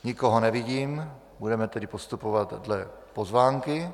Nikoho nevidím, budeme tedy postupovat dle pozvánky.